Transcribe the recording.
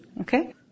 Okay